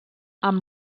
amb